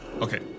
Okay